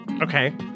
Okay